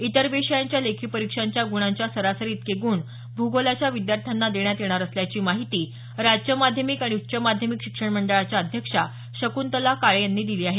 इतर विषयांच्या लेखी परीक्षांच्या गुणांच्या सरासरीइतके गूण भूगोलाच्या विद्यार्थ्यांना देण्यात येणार असल्याची माहिती राज्य माध्यमिक आणि उच्च माध्यमिक शिक्षण मंडळाच्या अध्यक्षा शकुंतला काळे यांनी दिली आहे